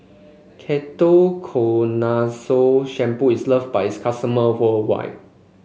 Ketoconazole Shampoo is loved by its customer worldwide